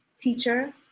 teacher